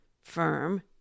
firm